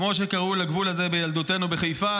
כמו שקראו לגבול הזה בילדותנו בחיפה,